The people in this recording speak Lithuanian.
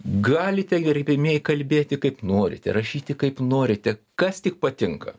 galite gerbiamieji kalbėti kaip norite rašyti kaip norite kas tik patinka